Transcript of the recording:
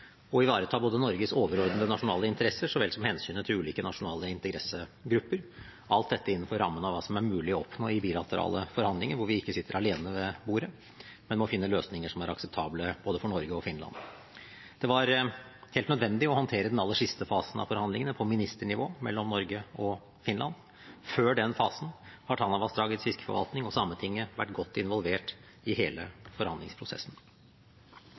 å ivareta både Norges overordnede nasjonale interesser så vel som hensynet til ulike nasjonale interessegrupper, alt dette innenfor rammen av hva som er mulig å oppnå i bilaterale forhandlinger hvor vi ikke sitter alene ved bordet, men må finne løsninger som er akseptable for både Norge og Finland. Det var helt nødvendig å håndtere den aller siste fasen av forhandlingene mellom Norge og Finland på ministernivå. Før den fasen har Tanavassdragets fiskeforvaltning og Sametinget vært godt involvert i hele forhandlingsprosessen.